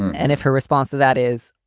and if her response to that is,